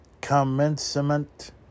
commencement